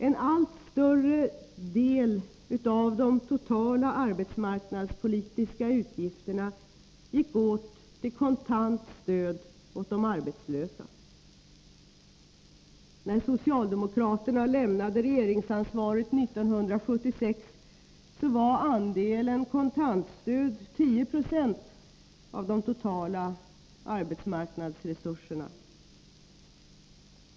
En allt större andel av de totala arbetsmarknadspolitiska resurserna gick åt till kontant stöd till de arbetslösa. När socialdemokraterna lämnade regeringsansvaret 1976 var andelen kontantstöd 10 96 av de totala arbetsmarknadsresurserna.